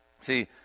See